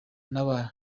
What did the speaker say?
n’aba